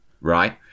right